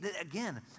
Again